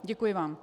Děkuji vám.